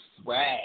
swag